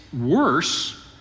worse